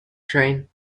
train